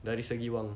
dari segi wang